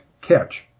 catch